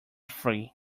free